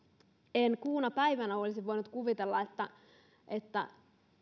en kuuna päivänä olisi voinut kuvitella että että